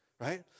right